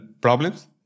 problems